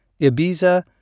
Ibiza